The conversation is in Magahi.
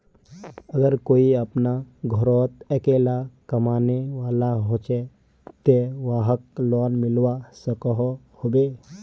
अगर कोई अपना घोरोत अकेला कमाने वाला होचे ते वाहक लोन मिलवा सकोहो होबे?